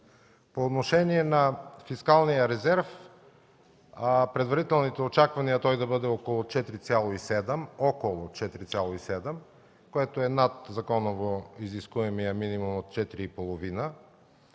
По отношение на фискалния резерв, предварителните очаквания са той да бъде около 4,7, което е над законово изискуемия минимум от 4,5,